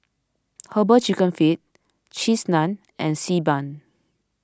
Herbal Chicken Feet Cheese Naan and Xi Ban